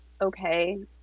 okay